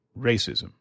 racism